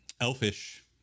elfish